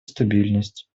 стабильность